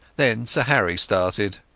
then sir harry started.